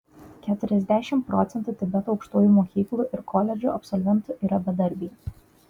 keturiasdešimt procentų tibeto aukštųjų mokyklų ir koledžų absolventų yra bedarbiai